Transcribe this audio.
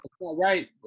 right